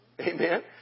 amen